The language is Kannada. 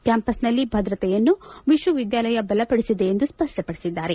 ಕ್ಯಾಂಪಸ್ನಲ್ಲಿ ಭದ್ರತೆಯನ್ನು ವಿಶ್ವವಿದ್ಯಾಲಯ ಬಲಪಡಿಸಿದೆ ಎಂದು ಸ್ಪಷ್ಟಪಡಿಸಿದ್ದಾರೆ